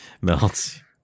Melts